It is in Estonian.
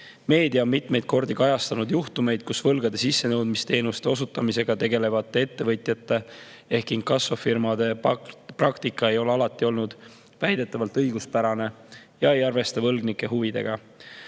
Meedia on mitmeid kordi kajastanud juhtumeid, kui võlgade sissenõudmisteenuse osutamisega tegelevate ettevõtjate ehk inkassofirmade praktika ei ole alati olnud väidetavalt õiguspärane ega arvesta võlgnike huvidega.